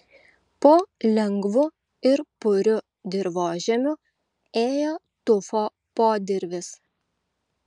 po lengvu ir puriu dirvožemiu ėjo tufo podirvis